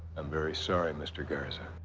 i'm very sorry, mr. garza.